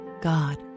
God